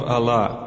Allah